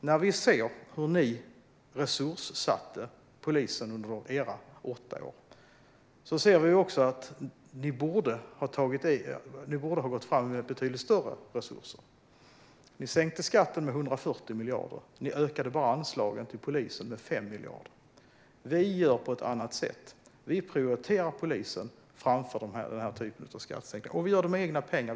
När vi ser hur ni resurssatte polisen under era åtta år ser vi att ni borde ha gått fram med betydligt större resurser. Ni sänkte skatten med 140 miljarder, men ni ökade anslagen till polisen med endast 5 miljarder. Vi gör på ett annat sätt. Vi prioriterar polisen framför den typen av skattesänkningar, och vi gör det med egna pengar.